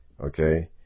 okay